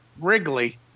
Wrigley